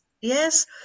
Yes